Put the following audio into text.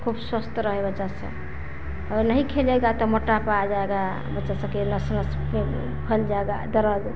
खूब स्वस्थ रहे बच्चा सब और नहीं खेलेगा तो मोटापा आ जाएगा बच्चा सकेला स्वस्थ फल जाएगा डरा गे